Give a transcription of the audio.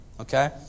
okay